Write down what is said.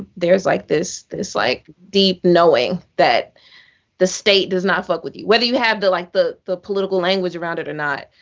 there's like this this like deep knowing. that the state does not fuck with you. whether you have the like the political language around it or not.